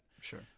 Sure